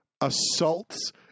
assaults